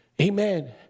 Amen